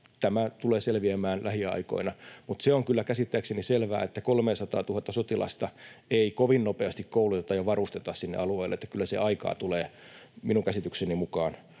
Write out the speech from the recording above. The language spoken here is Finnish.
Tämä tulee selviämään lähiaikoina. Mutta se on kyllä käsittääkseni selvää, että 300 000:ta sotilasta ei kovin nopeasti kouluteta ja varusteta sinne alueille, eli kyllä se aikaa tulee minun käsitykseni mukaan